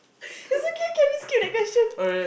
it's okay can we skip that question